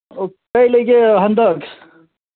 ꯑꯣ ꯀꯩ ꯂꯩꯒꯦ ꯍꯟꯗꯛ